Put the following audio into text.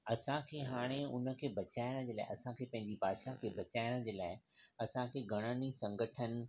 असांखे हाणे उनखे बचाइण जे लाइ असांखे पंहिंजी भाषा खे बचाइण जे लाइ असांखे घणेनि ई संगठन